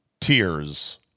tears